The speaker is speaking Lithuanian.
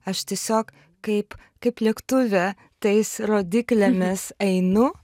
aš tiesiog kaip kaip lėktuve tais rodyklėmis einu